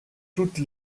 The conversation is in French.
toute